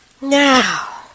Now